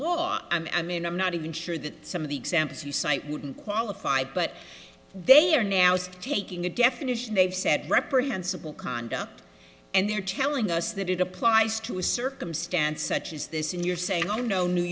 law i mean i'm not even sure that some of the examples you cite wouldn't qualify but they are now taking the definition they've said reprehensible conduct and they're telling us that it applies to a circumstance such as this and you're saying oh no new